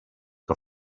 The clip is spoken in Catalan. que